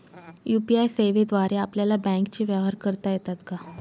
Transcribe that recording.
UPI सेवेद्वारे आपल्याला बँकचे व्यवहार करता येतात का?